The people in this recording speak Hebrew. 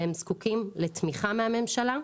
והם זקוקים לתמיכה מהממשלה,